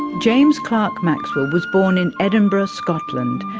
james clerk maxwell was born in edinburgh, scotland,